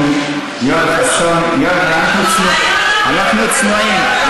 יואל חסון, אנחנו צנועים.